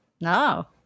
No